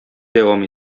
дәвам